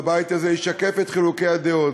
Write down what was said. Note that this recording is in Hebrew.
והבית הזה ישקף את חילוקי הדעות.